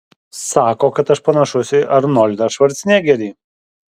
sako kad aš panašus į arnoldą švarcnegerį